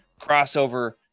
crossover